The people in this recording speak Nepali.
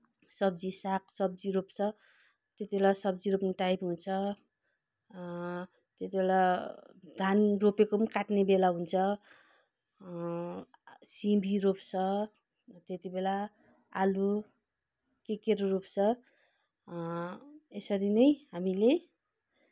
सब्जी सागसब्जी रोप्छ त्यति बेला सब्जी रोप्ने टाइम हुन्छ त्यति बेला धान रोपेको पनि काट्ने बेला हुन्छ सिमी रोप्छ त्यति बेला आलु के केहरू रोप्छ यसरी नै हामीले